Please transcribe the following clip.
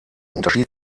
unterschied